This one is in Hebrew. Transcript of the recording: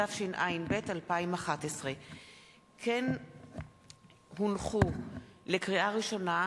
התשע"ב 2011. לקריאה ראשונה,